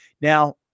Now